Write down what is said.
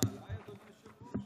לא דילגת עליי, אדוני היושב-ראש?